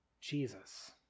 Jesus